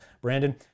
Brandon